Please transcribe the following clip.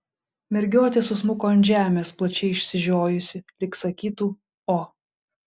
mergiotė susmuko ant žemės plačiai išsižiojusi lyg sakytų o